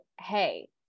hey